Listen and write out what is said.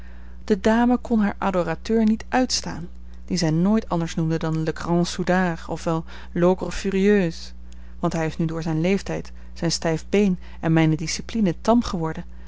de dame kon haar adorateur niet uitstaan dien zij nooit anders noemde dan le grand soudard of wel l'ogre furieux want hij is nu door zijn leeftijd zijn stijf been en mijne discipline tam geworden